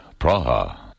Praha